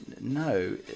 no